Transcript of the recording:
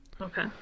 Okay